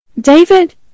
David